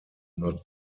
not